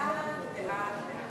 לאט, לאט, לאט.